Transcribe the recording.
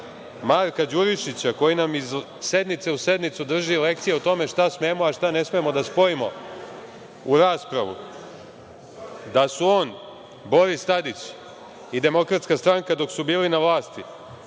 Marka Đurišića, koji nam iz sednice u sednicu drži lekciju o tome šta smemo a šta ne smemo da spojimo u raspravu, da su on, Boris Tadić i Demokratska stranka, dok su bili na vlasti